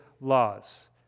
laws